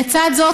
לצד זאת,